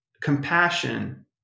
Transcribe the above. compassion